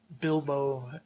Bilbo